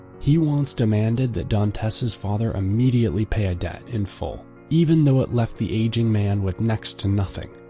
he once demanded that dantes's father immediately pay a debt in full, even though it left the aging man with next to nothing.